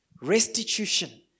Restitution